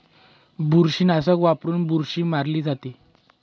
बुरशीनाशक वापरून बुरशी मारली जाते